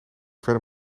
verder